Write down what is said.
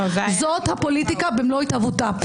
זה הפוליטיקה במלוא התהוותה.